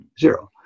Zero